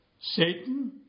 Satan